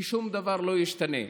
כי שום דבר לא ישתנה.